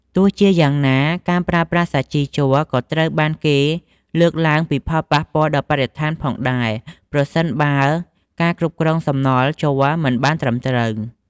ទោះជាយ៉ាងណា ការប្រើប្រាស់សាជីជ័រក៏ត្រូវបានគេលើកឡើងពីផលប៉ះពាល់ដល់បរិស្ថានផងដែរ ប្រសិនបើការគ្រប់គ្រងសំណល់ជ័រមិនបានត្រឹមត្រូវ។